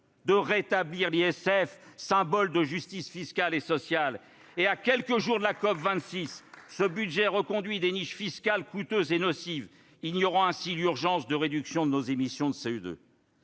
! -rétablir l'ISF, symbole de justice fiscale et sociale. Quelques jours après la fin de la COP26, ce budget reconduit des niches fiscales coûteuses et nocives, ignorant ainsi l'urgence de réduction de nos émissions de CO2.